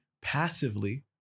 passively